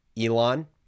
Elon